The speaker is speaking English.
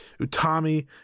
Utami